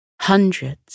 hundreds